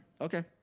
Okay